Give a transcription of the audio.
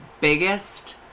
biggest